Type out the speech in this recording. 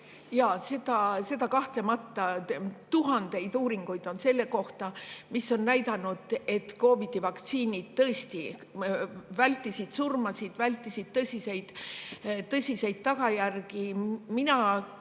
Jaa, seda kahtlemata. Tuhandeid uuringuid on selle kohta, mis on näidanud, et COVID‑i vaktsiinid tõesti vältisid surmasid, vältisid tõsiseid tagajärgi. Mina